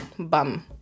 Bum